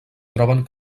troben